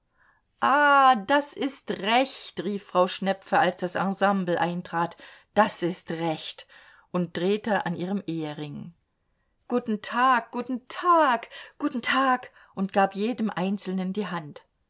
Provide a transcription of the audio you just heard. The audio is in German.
ah das ist recht rief frau schnepfe als das ensemble eintrat das ist recht und drehte an ihrem ehering guten tag guten tag guten tag und gab jedem einzelnen die hand